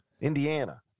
Indiana